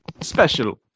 special